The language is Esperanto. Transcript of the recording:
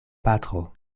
patro